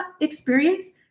experience